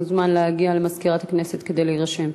מוזמן להגיע למזכירת הכנסת כדי להירשם.